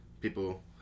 people